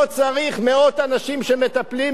לא צריך מאות אנשים שמטפלים,